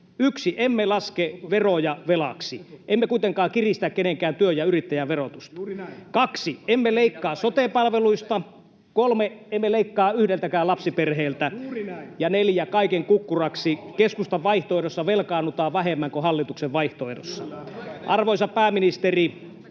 1) emme laske veroja velaksi, emme kuitenkaan kiristä kenenkään työn ja yrittäjän verotusta, 2) emme leikkaa sote-palveluista, 3) emme leikkaa yhdeltäkään lapsiperheeltä, ja 4) kaiken kukkuraksi keskustan vaihtoehdossa velkaannutaan vähemmän kuin hallituksen vaihtoehdossa. Arvoisa pääministeri,